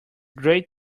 great